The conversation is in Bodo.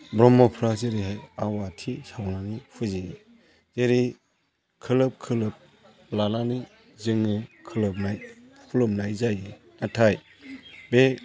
ब्रह्मफोरा जेरैहाय आवाथि सावनानै फुजियो जेरै खोलोब खोलोब लानानै जोंनि खुलुमनाय जायो नाथाय बे